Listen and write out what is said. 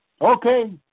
Okay